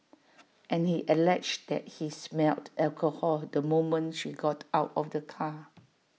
and he alleged that he smelled alcohol the moment she got out of the car